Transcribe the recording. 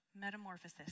metamorphosis